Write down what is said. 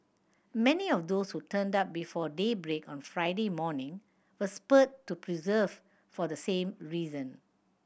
many of those who turned up before daybreak on Friday morning were spurred to persevere for the same reason